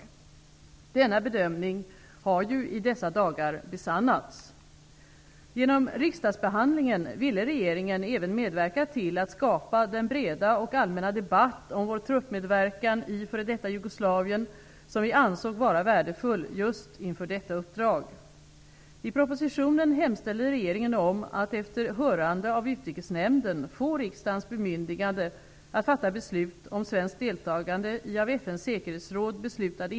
Denna bedömning har ju i dessa dagar besannats. Genom riksdagsbehandlingen ville regeringen även medverka till att skapa den breda och allmänna debatt om vår truppmedverkan i f.d. Jugoslavien som vi ansåg vara värdefull just inför detta uppdrag.